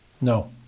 No